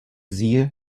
siehe